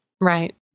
Right